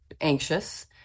anxious